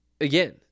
again